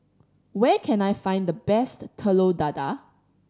where can I find the best Telur Dadah